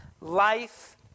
life